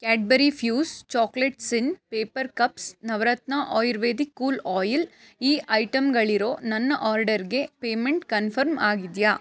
Cadbury Fuse chocolate ಸಿನ್ paper cups Navratna ayurvedic cool oil ಈ ಐಟಮ್ಗಳಿರೋ ನನ್ನ ಆರ್ಡರ್ಗೆ ಪೇಮೆಂಟ್ ಕನ್ಫರ್ಮ್ ಆಗಿದೆಯಾ